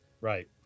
right